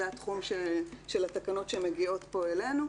זה התחום של התקנות שמגיעות פה אלינו,